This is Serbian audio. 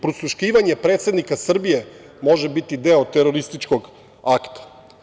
Prisluškivanje predsednika Srbije može biti deo terorističkog akta.